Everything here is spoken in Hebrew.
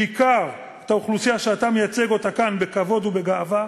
בעיקר האוכלוסייה שאתה מייצג כאן בכבוד ובגאווה,